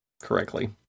correctly